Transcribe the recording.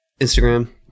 Instagram